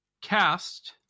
cast